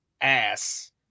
ass